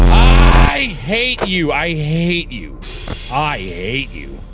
i hate you i hate you i hate you.